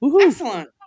Excellent